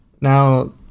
Now